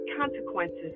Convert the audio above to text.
consequences